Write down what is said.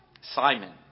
simon